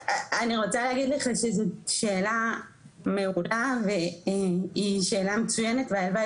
אני רוצה להגיד לך שזאת שאלה מעולה והיא שאלה מצוינת והלוואי